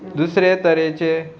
दुसरे तरेचे